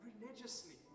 religiously